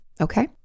Okay